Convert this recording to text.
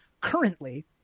Currently